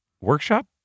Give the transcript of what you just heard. Workshop